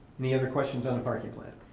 any other questions on the parking plan?